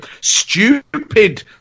stupid